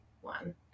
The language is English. one